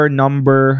number